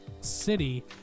City